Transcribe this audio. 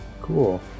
Cool